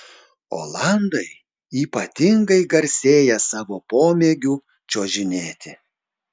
olandai ypatingai garsėja savo pomėgiu čiuožinėti